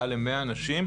מעל ל-100 נשים,